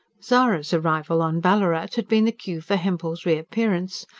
zara's arrival on ballarat had been the cue for hempel's reappearance,